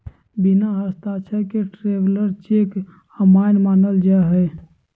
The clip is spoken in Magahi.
बिना हस्ताक्षर के ट्रैवलर चेक अमान्य मानल जा हय